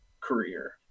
career